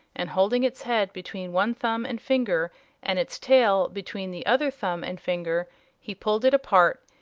and holding its head between one thumb and finger and its tail between the other thumb and finger he pulled it apart,